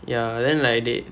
ya then like they